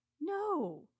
No